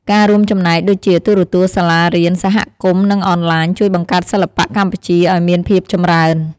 ការរួមចំណែកដូចជាទូរទស្សន៍ សាលារៀន សហគមន៍ និងអនឡាញ ជួយបង្កើតសិល្បៈកម្ពុជាឲ្យមានភាពចម្រើន។